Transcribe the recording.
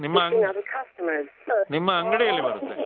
ನಿಮ್ಮ ಅಂಗಿ ನಿಮ್ಮ ಅಂಗಡಿ ಎಲ್ಲಿ ಬರುತ್ತೆ